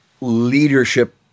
leadership